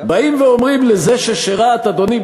באים ואומרים לזה ששירת: אדוני,